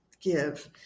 give